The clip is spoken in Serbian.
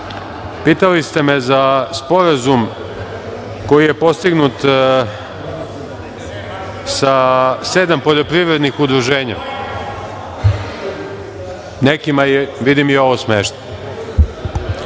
pitali ste me za sporazum koji je postignut sa sedam poljoprivrednih udruženja. Nekima je vidim i ovo smešno.